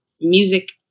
music